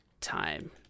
time